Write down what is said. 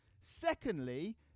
Secondly